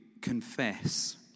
confess